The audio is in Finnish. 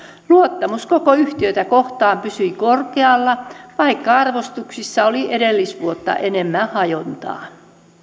luottamus koko yhtiötä kohtaan pysyi korkealla vaikka arvostuksissa oli edellisvuotta enemmän hajontaa